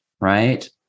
right